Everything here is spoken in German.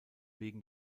wegen